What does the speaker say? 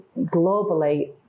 globally